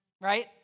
right